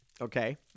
okay